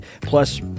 plus